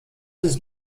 des